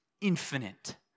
infinite